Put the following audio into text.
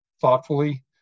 thoughtfully